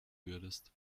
würdest